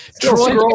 Troy